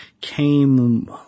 came